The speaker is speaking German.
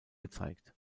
gezeigt